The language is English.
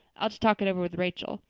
i'll just talk it over with rachel.